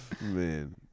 Man